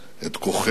את כוחנו,